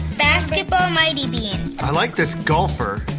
basketball mighty bean. i like this golfer.